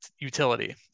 utility